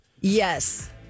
Yes